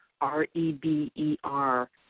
R-E-B-E-R